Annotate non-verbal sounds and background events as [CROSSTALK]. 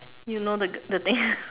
you know the the thing [LAUGHS]